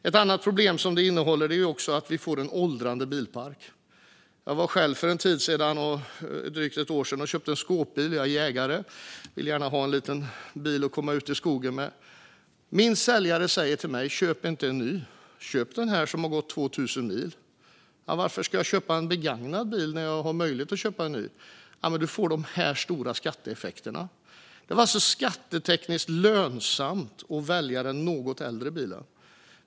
Ett annat problem som det innehåller är att vi får en åldrande bilpark. Jag var själv för drygt ett år sedan och köpte en skåpbil. Jag är jägare och vill gärna ha en liten bil att komma ut i skogen med. Min säljare säger till mig: Köp inte en ny. Köp den här som har gått 2 000 mil. Varför ska jag köpa en begagnad bil när jag har möjlighet att köpa en ny? Jo, för att du får de här stora skatteeffekterna. Det var alltså skattetekniskt lönsamt att välja den något äldre bilen.